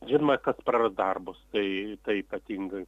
žinoma ir kas praras darbus tai tai ypatingai